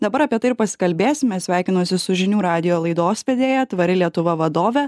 dabar apie tai ir pasikalbėsime sveikinuosi su žinių radijo laidos vedėja tvari lietuva vadove